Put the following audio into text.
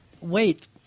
Wait